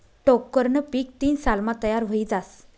टोक्करनं पीक तीन सालमा तयार व्हयी जास